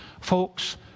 Folks